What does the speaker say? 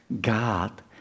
God